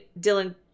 Dylan